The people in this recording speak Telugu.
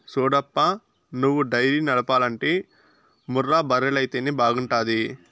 సూడప్పా నువ్వు డైరీ నడపాలంటే ముర్రా బర్రెలైతేనే బాగుంటాది